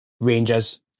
Rangers